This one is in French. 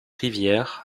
rivière